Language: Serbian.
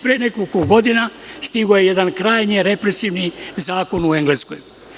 Pre nekoliko godina stigao je jedan krajnje represivni zakon u Engleskoj.